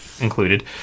included